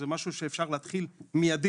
זה משהו שאפשר להתחיל מיידית.